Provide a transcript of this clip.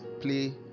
play